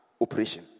operation